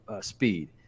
speed